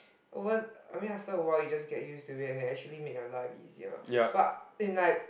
over I mean after a while you just get used to it and it actually made your life easier but in like